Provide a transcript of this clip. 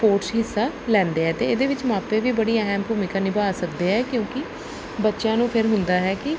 sports 'ਚ ਹਿੱਸਾ ਲੈਂਦੇ ਆ ਅਤੇ ਇਹਦੇ ਵਿੱਚ ਮਾਪੇ ਵੀ ਬੜੀ ਅਹਿਮ ਭੂਮਿਕਾ ਨਿਭਾ ਸਕਦੇ ਹੈ ਕਿਉਂਕਿ ਬੱਚਿਆਂ ਨੂੰ ਫਿਰ ਹੁੰਦਾ ਹੈ ਕਿ